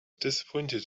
disappointed